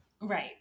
Right